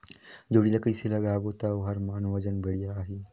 जोणी ला कइसे लगाबो ता ओहार मान वजन बेडिया आही?